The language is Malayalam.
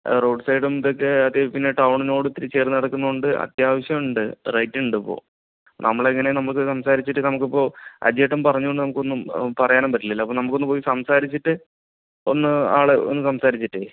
റോഡ് സൈഡും ഇതൊക്കെ അതുപിന്നെ ടൗണിനോട് ഒത്തിരി ചേർന്നു കിടക്കുന്നതു കൊണ്ട് അത്യാവശ്യം ഉണ്ട് റേയ്റ്റുണ്ടിപ്പോൾ നമ്മളെങ്ങനെ നമുക്ക് സംസാരിച്ചിട്ട് നമുക്കിപ്പോൾ അജിയേട്ടൻ പറഞ്ഞതുകൊണ്ട് നമുക്കൊന്നും പറയാനും പറ്റില്ലല്ലോ അപ്പോൾ നമുക്കൊന്നു പോയി സംസാരിച്ചിട്ട് ഒന്ന് ആളെ ഒന്നു സംസാരിച്ചിട്ട്